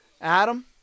Adam